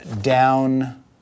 down